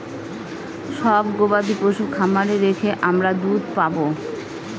সব গবাদি পশু খামারে রেখে আমরা দুধ পাবো